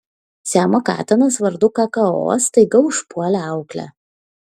siamo katinas vardu kakao staiga užpuolė auklę